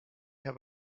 have